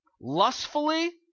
lustfully